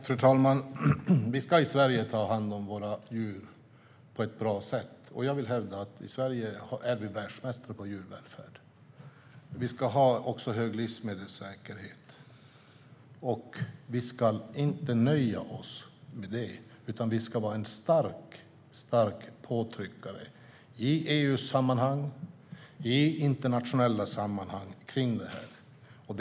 Fru talman! Vi ska i Sverige ta hand om våra djur på ett bra sätt, och jag vill hävda att vi i Sverige är världsmästare på djurvälfärd. Vi ska också ha hög livsmedelssäkerhet, och vi ska inte nöja oss med det utan vara en stark påtryckare i EU-sammanhang och i internationella sammanhang kring detta.